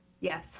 Yes